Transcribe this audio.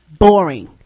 boring